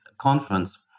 conference